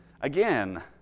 Again